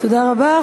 תודה רבה.